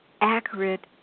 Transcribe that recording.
accurate